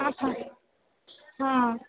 હા હા હા